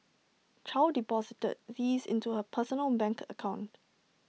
chow deposited these into her personal bank account